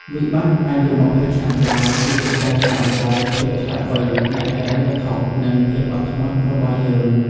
វិបត្តិអាយុ២០ប្លាយ គឺជាការសាកល្បង "ភាពឆ្លាតវៃផ្នែកហិរញ្ញវត្ថុ" និង "ភាពអត់ធ្មត់" របស់យើង។